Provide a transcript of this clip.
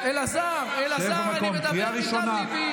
קריאה ראשונה.